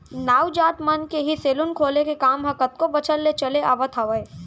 नाऊ जात मन के ही सेलून खोले के काम ह कतको बछर ले चले आवत हावय